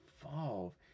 evolve